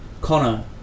Connor